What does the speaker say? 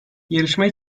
yarışmayı